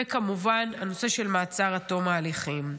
וכמובן הנושא של מעצר עד תום ההליכים.